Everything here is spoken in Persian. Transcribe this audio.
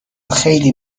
خیلی